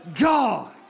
God